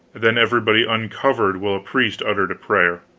then everybody uncovered while a priest uttered a prayer.